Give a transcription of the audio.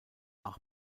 auch